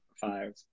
Five